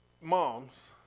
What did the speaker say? moms